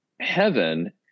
heaven